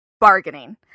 bargaining